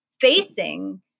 facing